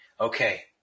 Okay